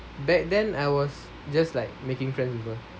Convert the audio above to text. back then I was just like making friends with her